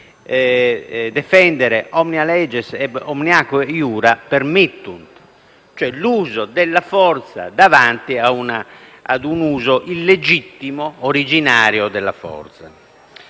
vi repellere omnes leges, et omnia iura permittunt*» (cioè, l'uso della forza davanti ad un uso illegittimo originario della forza).